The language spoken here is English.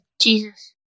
Jesus